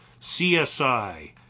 CSI